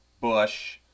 Bush